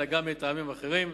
אלא גם מטעמים אחרים,